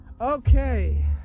Okay